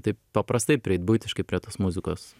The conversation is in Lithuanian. taip paprastai prieit buitiškai prie tos muzikos